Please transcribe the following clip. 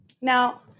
Now